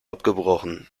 abgebrochen